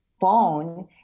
phone